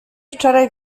wczoraj